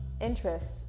interests